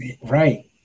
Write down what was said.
right